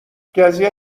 قضیه